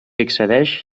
accedeix